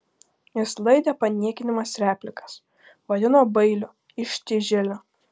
jis laidė paniekinamas replikas vadino bailiu ištižėliu